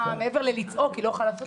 מעבר ללצעוק היא לא יכולה לעשות כלום.